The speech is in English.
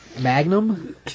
Magnum